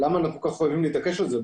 למה אנחנו חייבים להתעקש על זה?